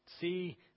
See